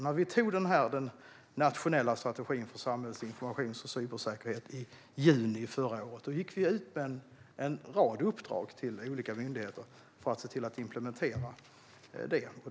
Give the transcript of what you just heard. När vi i juni förra året antog den nationella strategin för samhällets informations och cybersäkerhet gick vi ut med en rad uppdrag till olika myndigheter för att se till att implementera strategin.